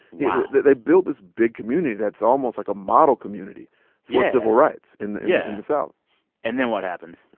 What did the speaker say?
yeah they they built this big community that's almost like a model community for civil rights in the yeah and the south and then what happens?